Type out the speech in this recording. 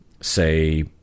say